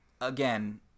again